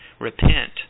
Repent